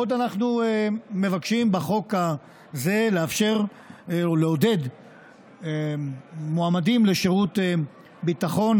עוד אנחנו מבקשים בחוק הזה לאפשר או לעודד מועמדים לשירות ביטחון,